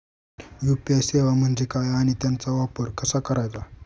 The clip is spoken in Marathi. यू.पी.आय सेवा म्हणजे काय आणि त्याचा वापर कसा करायचा?